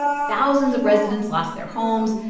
thousands of residents lost their homes.